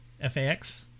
F-A-X